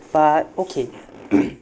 but okay